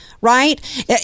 Right